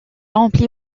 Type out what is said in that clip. remplit